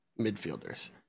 midfielders